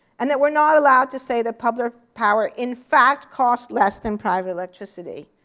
and that we're not allowed to say that public power in fact costs less than private electricity.